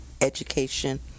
education